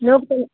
येव